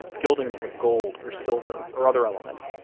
gilding them with gold or silver or other elements,